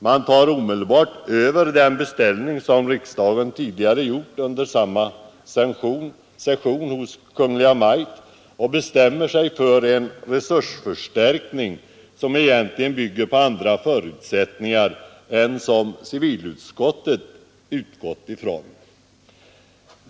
Man tar omedelbart över den beställning som riksdagen tidigare under samma session gjorde hos Kungl. Maj:t och bestämmer sig för en resursförstärkning som egentligen bygger på andra förutsättningar än dem som civilutskottet utgått från.